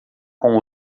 com